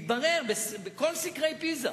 התברר בכל סקרי "פיזה"